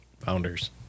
Founders